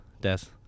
death